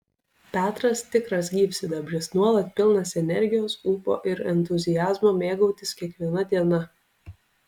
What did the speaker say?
petras tikras gyvsidabris nuolat pilnas energijos ūpo ir entuziazmo mėgautis kiekviena diena